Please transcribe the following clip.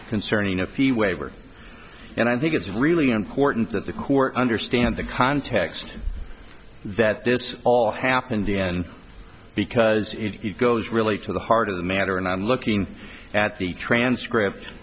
concerning a fee waiver and i think it's really important that the court understand the context that this all happened in because it goes really to the heart of the matter and i'm looking at the transcript